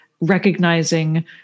recognizing